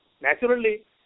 Naturally